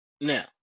Now